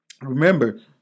Remember